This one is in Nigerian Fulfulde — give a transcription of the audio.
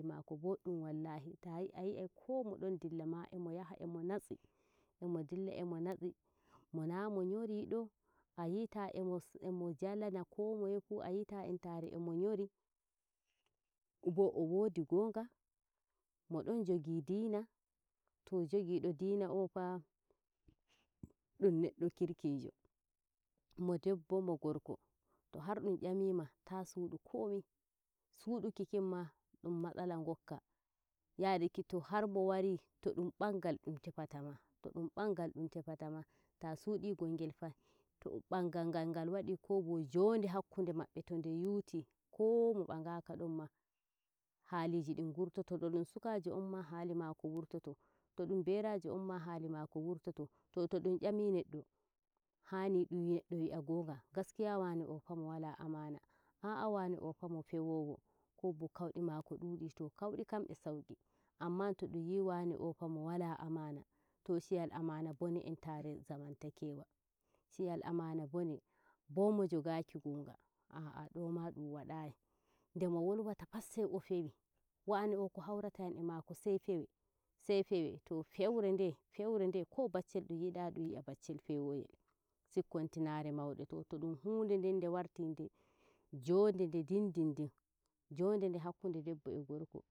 boɗɗum wallahi tay- ayrai ko modon dilla ma e modilla emo natsi namo nyorido a yita emo jalam komoye fu ayita emo nyori bo o wodi ngonga modon jogi diina to jogido diina o fa ɗum neddo kirkijo mo deɓɓo mo gorko to har ɗum yamima taa suudu komi suduki kinma ɗum matsala gokka yadake to har mowari to ɗum bangall ɗum tefirtama to dum bangal dum tefatama ta suudu gongel fa to bangal gal ngal wadui ko bo joni hakkunde maɓɓe to nde yuuti komo bangaka donma haliji din ngurtoto to dum sukajo onma haliji mako wurtoto to ɗum berajo ma halii mako wurtoto toh to dum yami neddo hani neddo wi'ah gonga gaskiya wane oh fa mo wala amana a ah wane ohfa mo fewowo kobo kaudi maako duudi to kauɗi kam e sauqi amma to ɗum yii wane kam fa mo wala amana to shiyal amana bone bo mo jogaki ngonga ah doma ɗum wadai nde mo wolwata pat sai mo fewi wane o ko hauratayam e makosai pewe too feure nde ko bacceɗum yida ɗum yi'ah baccel fewogel sikkintinare maudo to to hunde nden nde warti hunde jonde nde dindindin jonde nde hankude debbo e gorko